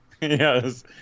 Yes